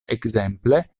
ekzemple